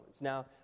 Now